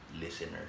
listeners